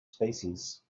species